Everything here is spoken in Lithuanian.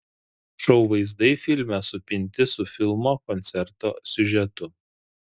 šou vaizdai filme supinti su filmo koncerto siužetu